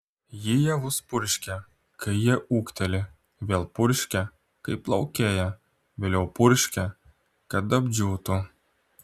ji javus purškia kai jie ūgteli vėl purškia kai plaukėja vėliau purškia kad apdžiūtų